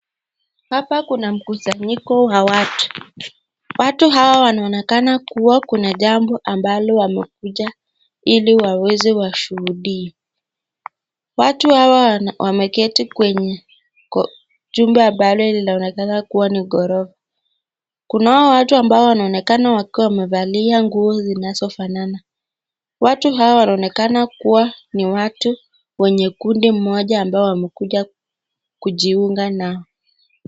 Hapa kuna mkusanyiko wa watu. watu hawa wanaonekana kuwa kuna jambo ambalo wamekuja ili waweze kushuhudia. Watu hawa wameketi kwenye chumba ambalo kinaonekana kuwa ni ghorofa. Kunao watu ambao wanaonekana wakiwa wamevalia nguo zinazofanana. Watu hawa wanaonekana kuwa ni watu wenye kundi moja ambao wamekuja kujiunga nao.